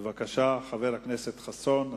בבקשה, חבר הכנסת חסון.